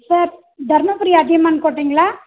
sir Dharmapuri Athiyaman கோட்டைங்களா